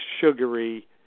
sugary